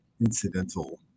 incidental